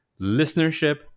listenership